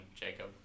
Jacob